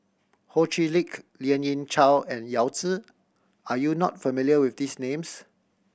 Ho Chee Lick Lien Ying Chow and Yao Zi are you not familiar with these names